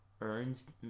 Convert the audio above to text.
earns